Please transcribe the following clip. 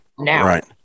right